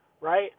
right